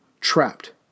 trapped